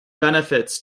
benefits